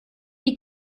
die